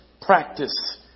practice